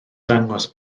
dangos